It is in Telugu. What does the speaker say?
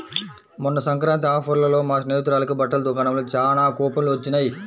మొన్న సంక్రాంతి ఆఫర్లలో మా స్నేహితురాలకి బట్టల దుకాణంలో చానా కూపన్లు వొచ్చినియ్